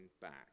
back